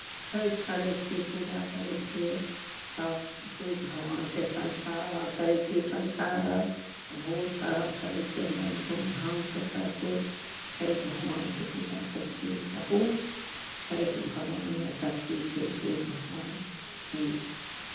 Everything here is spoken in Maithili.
छठि करै छी पूजा करै छियै सभ सूर्य भगवानकेँ सँझुका अरघ करै छियै सँझुका अरघ भोरके अरघ करै छियै एकदम धूमधामसँ सभ कोइ छठि भगवानके पूजा करै छियै बहुत छठि भगवानमे शक्ति छै सूर्य भगवान